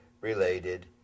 related